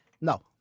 No